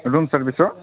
room service हो